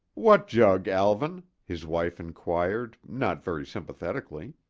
what jug, alvan? his wife inquired, not very sympathetically.